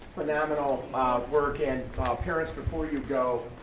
phenomenal work and ah parents before you go